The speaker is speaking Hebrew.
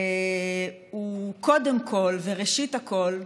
הוא קודם כול וראשית כול,